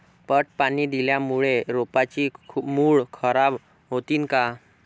पट पाणी दिल्यामूळे रोपाची मुळ खराब होतीन काय?